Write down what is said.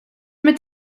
mit